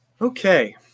Okay